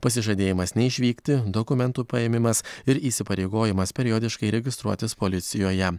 pasižadėjimas neišvykti dokumentų paėmimas ir įsipareigojimas periodiškai registruotis policijoje